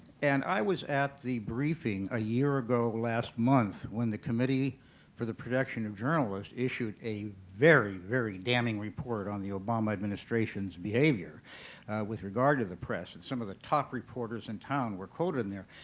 and i was at the briefing a year ago last month when the committee for the production of journalists issued a very, very damning report on the obama administration's behavior with regard to the press and some of the top reporters in town were quoted in there.